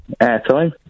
airtime